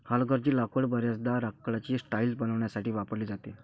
हलगर्जी लाकूड बर्याचदा लाकडाची टाइल्स बनवण्यासाठी वापरली जाते